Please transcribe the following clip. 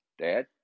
Dad